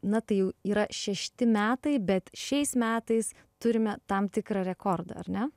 na tai jau yra šešti metai bet šiais metais turime tam tikrą rekordą ar ne